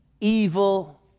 evil